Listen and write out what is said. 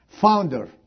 founder